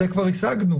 זה כבר השגנו,